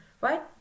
right